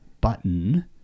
button